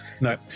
No